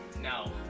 No